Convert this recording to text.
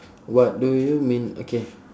what do you mean okay